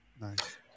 Nice